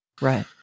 Right